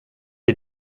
est